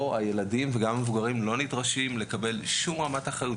פה הילדים והמבוגרים לא נדרשים לקבל שום רמת אחריות,